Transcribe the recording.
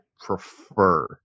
prefer